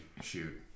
Shoot